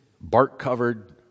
bark-covered